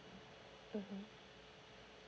mmhmm